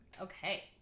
Okay